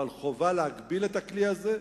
אבל חובה להגביל את הכלי הזה,